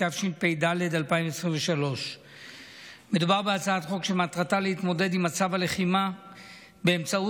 התשפ"ד 2023. מדובר בהצעת חוק שמטרתה להתמודד עם מצב הלחימה באמצעות